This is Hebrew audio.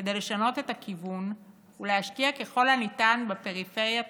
כדי לשנות את הכיוון ולהשקיע ככל הניתן בפריפריה תחילה.